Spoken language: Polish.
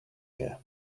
wie